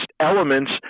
elements